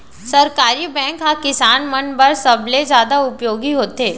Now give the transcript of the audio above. सहकारी बैंक ह किसान मन बर सबले जादा उपयोगी होथे